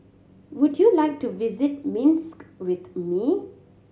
would you like to visit Minsk with me